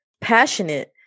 passionate